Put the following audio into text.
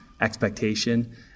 Expectation